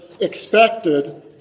expected